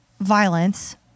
violence